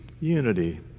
unity